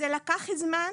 זה לקח זמן,